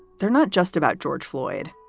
they're not just about george floyd,